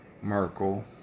Merkel